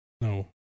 No